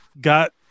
got